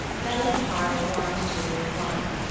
bella's heart warmed to her at once,